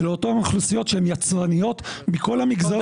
ואותן אוכלוסיות שהן יצרניות מכל המגזרים.